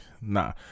nah